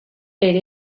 ere